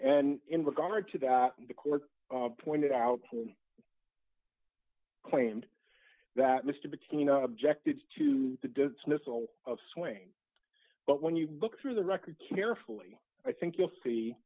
and in regard to that the court pointed out claimed that mr between objected to the dismissal of swing but when you look through the record carefully i think you'll see